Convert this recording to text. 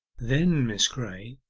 then, miss graye,